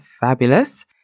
fabulous